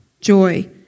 joy